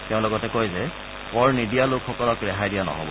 তেওঁ লগতে কয় যে কৰ নিদিয়া লোকসকলক ৰেহাই দিয়া নহব